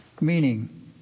meaning